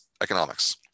economics